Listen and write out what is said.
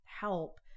help